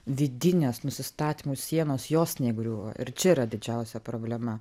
vidinės nusistatymų sienos jos negriūva ir čia yra didžiausia problema